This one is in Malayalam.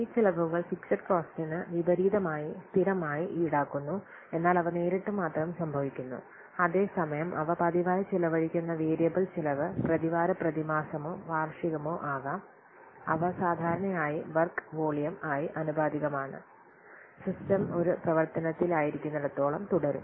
ഈ ചെലവുകൾ ഫിക്സഡ് കോസ്ടിനു വിപരീതമായി സ്ഥിരമായി ഈടാക്കുന്നു എന്നാൽ അവ നേരിട്ട് മാത്രം സംഭവിക്കുന്നു അതേസമയം അവ പതിവായി ചെലവഴിക്കുന്ന വേരിയബിൾ ചെലവ് പ്രതിവാര പ്രതിമാസമോ വാർഷികമോ ആകാം അവ സാധാരണയായി വർക്ക് വോളിയം ആയി ആനുപാതികമാണ് സിസ്റ്റം ഒരു പ്രവർത്തനത്തിലായിരിക്കുന്നിടത്തോളം തുടരും